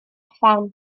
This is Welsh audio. pham